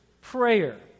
prayer